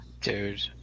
Dude